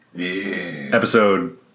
Episode